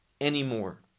anymore